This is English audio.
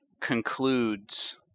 concludes